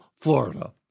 Florida